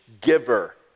giver